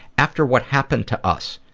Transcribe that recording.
after what happened to us,